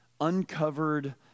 Uncovered